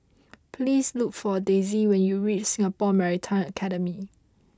please look for Daisey when you reach Singapore Maritime Academy